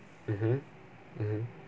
mmhmm mmhmm